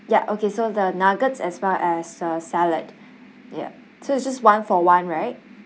ya okay so the nuggets as well as uh salad ya so it's just one for one right